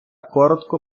коротко